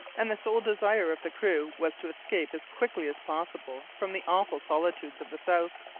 and the sole desire of the crew was to escape as quickly as possible from the awful solitudes of the south.